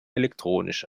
elektronisch